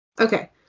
Okay